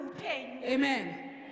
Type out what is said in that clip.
Amen